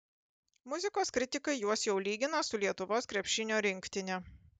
muzikos kritikai juos jau lygina su lietuvos krepšinio rinktine